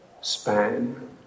span